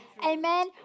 Amen